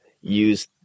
use